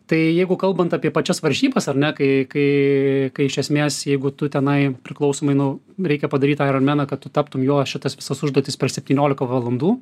tai jeigu kalbant apie pačias varžybas ar ne kai kai kai iš esmės jeigu tu tenai priklausomai nu reikia padaryt aironmeną kad taptum jo šitas visas užduotis per septyniolika valandų